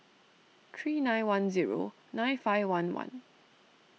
three nine one zero nine five one one